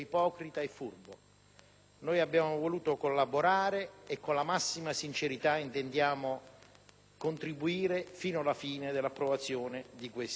Abbiamo voluto collaborare e con la massima sincerità intendiamo contribuire fino alla fine dell'approvazione del